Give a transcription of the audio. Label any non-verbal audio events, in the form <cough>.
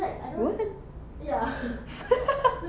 what <laughs>